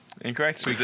Incorrect